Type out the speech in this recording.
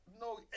no